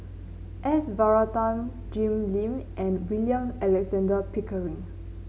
S Varathan Jim Lim and William Alexander Pickering